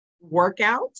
workout